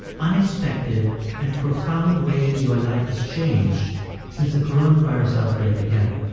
unexpected and profound ways your life has changed since the coronavirus outbreak began.